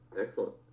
Excellent